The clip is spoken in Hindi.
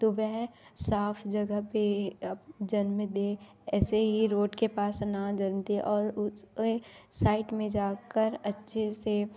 तो वह साफ़ जगह पर जन्म दें ऐसे ही रोड के पास न जन्म दें और उसके साइड में जाकर अच्छे से